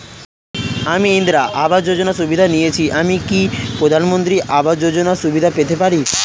আমি ইন্দিরা আবাস যোজনার সুবিধা নেয়েছি আমি কি প্রধানমন্ত্রী আবাস যোজনা সুবিধা পেতে পারি?